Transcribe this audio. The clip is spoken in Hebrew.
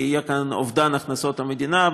כי יהיה כאן אובדן הכנסות המדינה.